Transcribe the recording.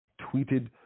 Tweeted